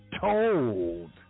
told